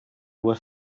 were